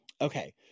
Okay